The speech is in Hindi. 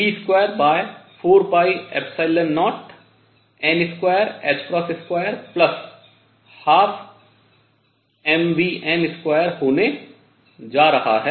1rn e240n2212mvn2 होने जा रहा है